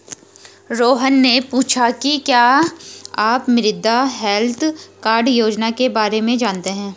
रोहन ने पूछा कि क्या आप मृदा हैल्थ कार्ड योजना के बारे में जानते हैं?